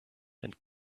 and